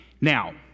Now